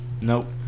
Nope